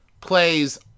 plays